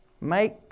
Make